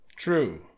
True